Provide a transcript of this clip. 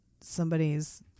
somebody's